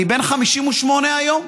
אני בן 58 היום,